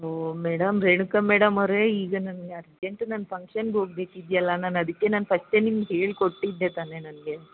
ಓಹ್ madam Renuka madam ಅವರೆ ಈಗ ನನಗೆ ಅರ್ಜೆಂಟ್ ನಂಗೆ ಫಂಕ್ಷನ್ಗೆ ಹೋಗ್ಬೇಕಿದೆಯಲ್ಲ ನಾನು ಅದಕ್ಕೆ ನಾನು ಫಸ್ಟೇ ನಿಮ್ಗೆ ಹೇಳಿಕೊಟ್ಟಿದ್ದೆ ತಾನೇ ನನಗೆ